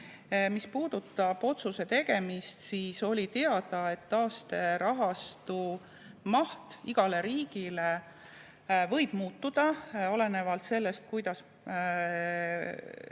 Mis puudutab otsuse tegemist, siis oli teada, et taasterahastu maht igale riigile kõigile võib muutuda olenevalt sellest, kuidas